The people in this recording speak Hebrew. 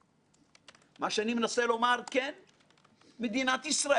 עכשיו אומץ וכוח לעמוד מול עולם הבנקאות,